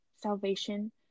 Salvation